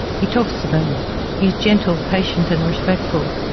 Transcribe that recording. he talks to them he is gentle, patient and respectful.